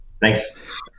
thanks